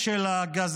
שלוש